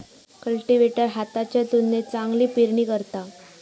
cultivator हाताच्या तुलनेत चांगली पेरणी करता